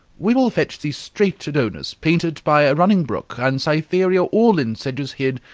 we will fetch thee straight adonis painted by a running brook, and cytherea all in sedges hid,